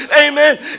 amen